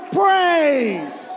praise